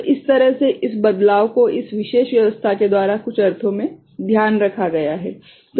तो इस तरह से इस बदलाव को इस विशेष व्यवस्था के द्वारा कुछ अर्थों में ध्यान रखा गया है